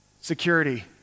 Security